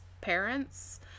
parents